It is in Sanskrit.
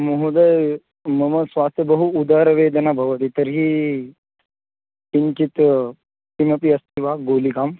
महोदय मम स्वास्थ्ये बहु उदरवेदना भवति तर्हि किञ्चित् किमपि अस्ति वा गुलिकाम्